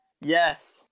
Yes